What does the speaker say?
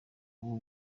ubu